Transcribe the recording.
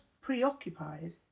preoccupied